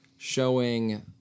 Showing